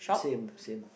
same same